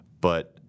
But-